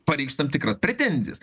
pareikšt tam tikras pretenzijas